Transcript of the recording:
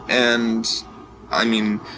and i mean,